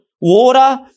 water